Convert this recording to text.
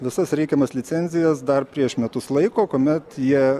visas reikiamas licencijas dar prieš metus laiko kuomet jie